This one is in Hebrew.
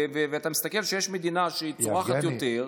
ואתה רואה שיש מדינה שצורכת יותר,